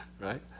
right